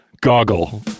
goggle